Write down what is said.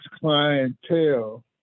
clientele